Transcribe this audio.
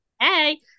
Hey